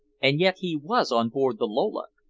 and yet he was on board the lola.